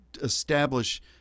establish